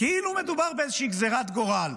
כאילו מדובר באיזושהי גזרת גורל,